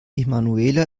emanuela